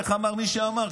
איך אמר מי שאמר?